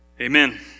Amen